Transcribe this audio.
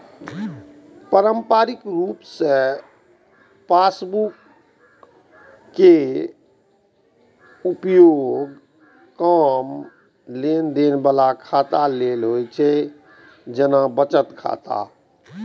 पारंपरिक रूप सं पासबुक केर उपयोग कम लेनदेन बला खाता लेल होइ छै, जेना बचत खाता